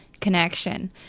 connection